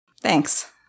Thanks